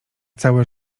całe